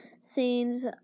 scenes